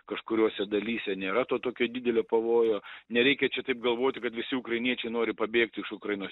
kažkuriuose dalyse nėra to tokio didelio pavojo nereikia čia taip galvoti kad visi ukrainiečiai nori pabėgti iš ukrainos